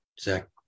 Zach